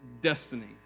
destiny